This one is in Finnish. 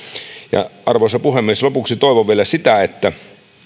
arvoisa puhemies lopuksi toivon vielä